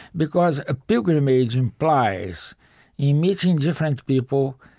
because a pilgrimage implies in meeting different people,